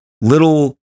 little